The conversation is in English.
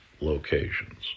locations